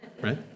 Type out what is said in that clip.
right